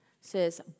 says